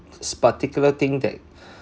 s~ particular thing that